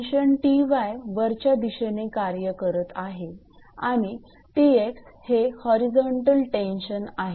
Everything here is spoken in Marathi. टेन्शन 𝑇𝑦 वरच्या दिशेने कार्य करत आहे आणि 𝑇𝑥 हे होरिझोंटल टेन्शन आहे